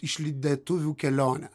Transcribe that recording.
išlydėtuvių kelionę